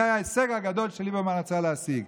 זה היה ההישג הגדול שליברמן רצה להשיג.